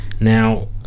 Now